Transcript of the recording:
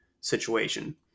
situation